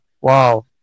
Wow